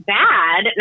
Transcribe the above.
bad